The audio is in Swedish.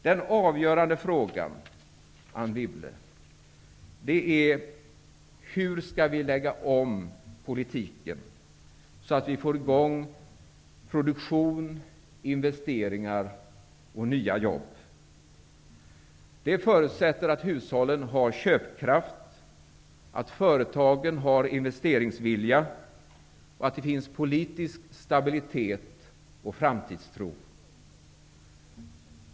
Den avgörande frågan, Anne Wibble, är: Hur skall vi lägga om politiken, så att vi får i gång produktion, investeringar och nya jobb? Det förutsätter att hushållen har köpkraft, att företagen har investeringsvilja och att det finns politisk stabilitet och framtidstro.